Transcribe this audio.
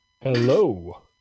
hello